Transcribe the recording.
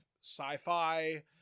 sci-fi